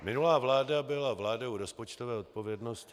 Minulá vláda byla vládou rozpočtové odpovědnosti.